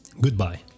Goodbye